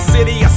City